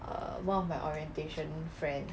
uh one of my orientation friend